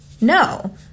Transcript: no